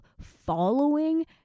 following